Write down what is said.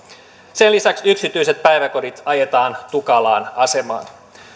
sen lisäksi yksityiset päiväkodit ajetaan tukalaan asemaan